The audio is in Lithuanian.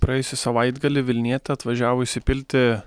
praėjusį savaitgalį vilnietė atvažiavo įsipilti